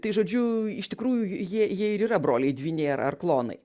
tai žodžiu iš tikrųjų jie jie ir yra broliai dvyniai ar ar klonai